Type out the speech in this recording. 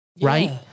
right